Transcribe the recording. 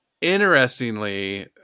Interestingly